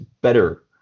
better